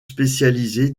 spécialisé